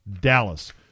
Dallas